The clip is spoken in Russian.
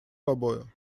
тобою